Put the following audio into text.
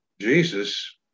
jesus